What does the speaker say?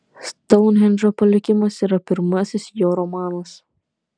stounhendžo palikimas yra pirmasis jo romanas